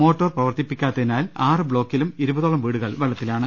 motor പ്രവർത്തിപ്പിക്കാത്തതിനാൽ ആറ് ബ്ലോക്കിലും ഇരുപതോളം വീടു കൾ വെള്ളത്തിലാണ്